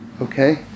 Okay